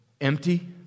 empty